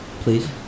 Please